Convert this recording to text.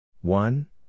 One